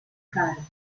caro